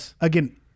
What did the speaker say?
again